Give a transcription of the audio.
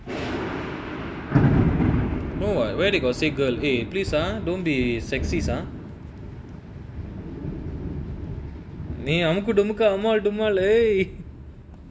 no what where they got say girl eh please ah don't be sexist ah நீ:nee amukudumuku amaal dumaalei